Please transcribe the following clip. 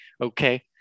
okay